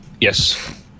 Yes